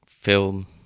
film